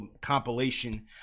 compilation